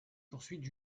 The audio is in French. poursuites